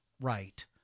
right